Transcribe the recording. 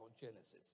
Genesis